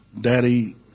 Daddy